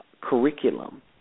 curriculum